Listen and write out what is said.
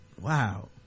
Wow